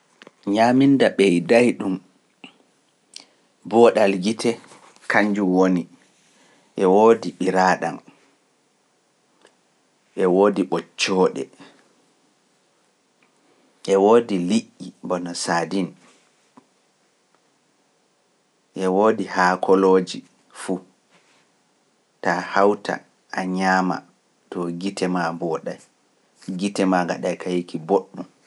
Ñaaminda ɓeyday ɗum, booɗal gite, kañjum woni, e woodi ɓiraaɗam, e woodi ɓoccooɗe, e woodi liƴƴi bono saadin, e woodi haakolooji fuu, taa hawta a ñaama to gite maa mbooɗay, gite maa ngaɗay kayiki boɗɗum.